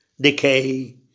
Decay